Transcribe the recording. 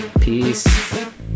Peace